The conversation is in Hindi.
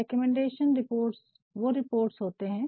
रिकमेन्डेशन रिपोर्ट्स वो रिपोर्ट्स है